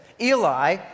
Eli